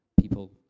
people